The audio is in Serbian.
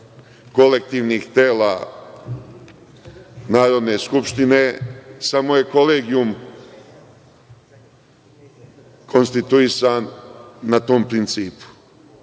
kolektivnih tela Narodne skupštine, samo je Kolegijum konstituisan na tom principu.